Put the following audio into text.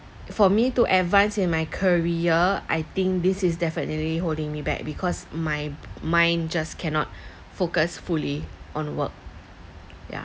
for me to advance in my career I think this is definitely holding me back because my mind just cannot focus fully on work yeah